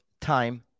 time